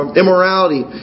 immorality